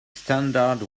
standard